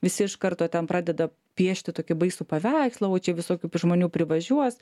visi iš karto ten pradeda piešti tokį baisų paveikslą oi čia visokių žmonių privažiuos